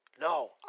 No